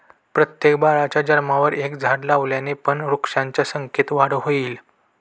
प्रत्येक बाळाच्या जन्मावर एक झाड लावल्याने पण वृक्षांच्या संख्येत वाढ होईल